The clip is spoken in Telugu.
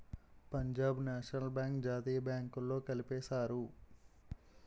పంజాబ్ నేషనల్ బ్యాంక్ జాతీయ బ్యాంకుల్లో కలిపేశారు